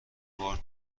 بار